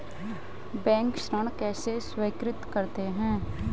Bank ऋण कैसे स्वीकृत करते हैं?